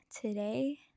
today